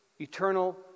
eternal